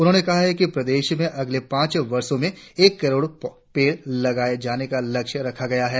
उन्होंने कहा कि प्रदेश में अगले पांच वर्षों में एक करोड़ पेड़ लगाये जाने का लक्ष्य रखा गया है